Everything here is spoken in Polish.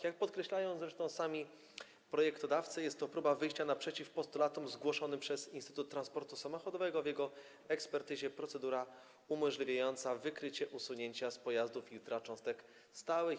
Jak podkreślają zresztą sami projektodawcy, jest to próba wyjścia naprzeciw postulatom zgłoszonym przez Instytut Transportu Samochodowego w ekspertyzie „Procedura umożliwiająca wykrycie usunięcia z pojazdu filtra cząstek stałych”